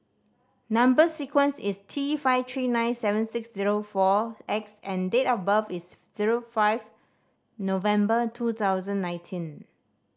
number sequence is T five three nine seven six zero four X and date of birth is zero five November two thousand nineteen